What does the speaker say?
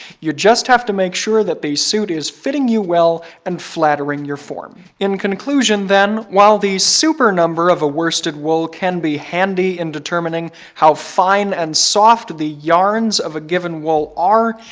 just have to make sure that the suit is fitting you well and flattering your form. in conclusion then, while the super number of a worsted wool can be handy in determining how fine and soft the yarns of a given wool are,